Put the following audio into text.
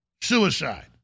suicide